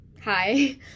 hi